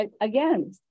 again